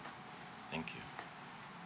thank you